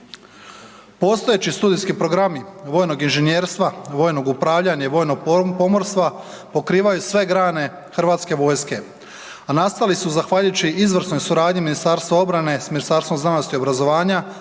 Postojeći studijski programi vojnog inženjerstva, vojnog upravljanja i vojnog pomorstva, pokrivaju sve grane HV-a, a nastali su zahvaljujući izvrsnoj suradnji Ministarstva obrane s Ministarstvom znanosti i obrazovanja